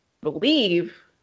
believe